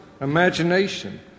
imagination